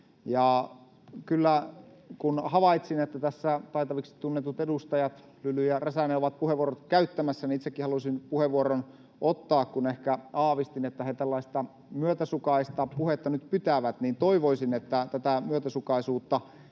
kun havaitsin, että tässä taitaviksi tunnetut edustajat Lyly ja Räsänen ovat puheenvuorot käyttämässä, niin itsekin halusin puheenvuoron ottaa, kun ehkä aavistin, että he tällaista myötäsukaista puhetta nyt pitävät. Toivoisin, että tätä myötäsukaisuutta